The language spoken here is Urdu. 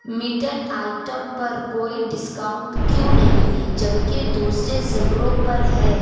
مٹن آئٹم پر کوئی ڈسکاؤنٹ کیوں نہیں ہے جب کہ دوسرے زمروں پر ہے